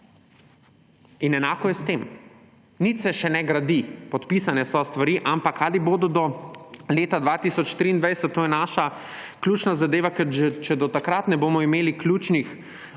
In enako je s tem, nič se še ne gradi, podpisane so stvari, ampak ali bodo do leta 2023, to je naša ključna zadeva, ker če do takrat ne bomo imeli ključnih